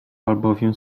albowiem